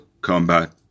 combat